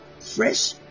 fresh